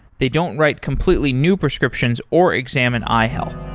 they don't write completely new prescriptions or examine eye health.